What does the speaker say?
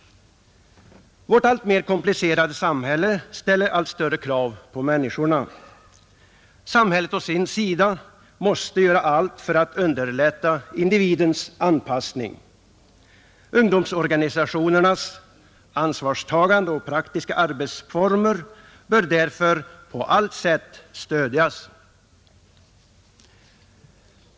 Vårt alltmer komplicerade samhälle ställer allt större krav på människorna. Samhället å sin sida måste göra allt för att underlätta individens anpassning. Ungdomsorganisationernas ansvarstagande och praktiska arbetsformer bör därför på allt sätt stödjas.